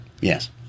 Yes